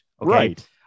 Right